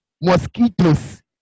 Mosquitoes